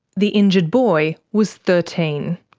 the injured boy was thirteen.